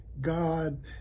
God